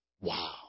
Wow